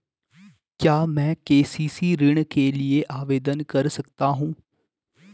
क्या मैं के.सी.सी ऋण के लिए आवेदन कर सकता हूँ?